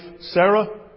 Sarah